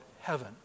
heaven